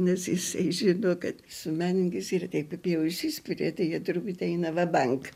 nes jisai žino kad su menininkais yra jeigu jau užsispiria tai jie truputį eina va bank